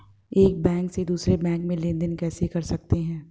एक बैंक से दूसरे बैंक में लेनदेन कैसे कर सकते हैं?